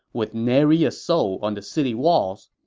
with nary a soul on the city walls.